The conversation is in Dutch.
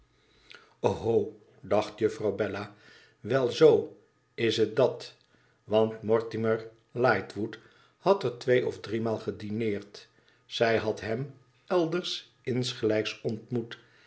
oho dacht juffrouw bella wel zoo is het dat want mortimer lightwood had er twee of driemaal gedineerd zij had hem elders insgelijks ontmoet